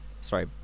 Sorry